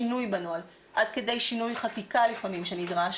נעשה שינוי בנוהל עד כדי שינוי חקיקה לפעמים שנדרש,